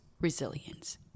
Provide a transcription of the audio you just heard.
resilience